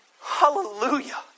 Hallelujah